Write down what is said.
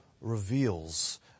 reveals